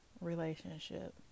relationship